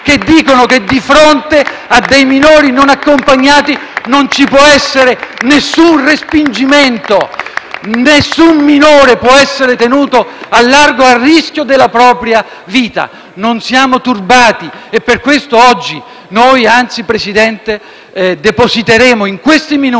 che dicono che di fronte a dei minori non accompagnati non ci può essere alcun respingimento. Nessun minore può essere tenuto al largo al rischio della propria vita. Non siamo turbati e per questo, Presidente, depositeremo in questi minuti